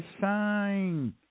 sign